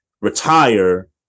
retire